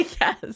yes